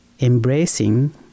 embracing